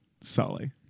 Sully